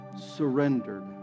surrendered